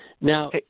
Now